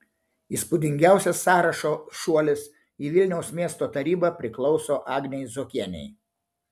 įspūdingiausias sąrašo šuolis į vilniaus miesto tarybą priklauso agnei zuokienei